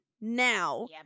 Now